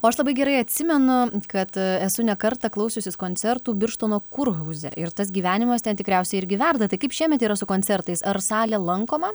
o aš labai gerai atsimenu kad esu ne kartą klausiusis koncertų birštono kurhauze ir tas gyvenimas ten tikriausiai irgi verda tai kaip šiemet yra su koncertais ar salė lankoma